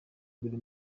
imbere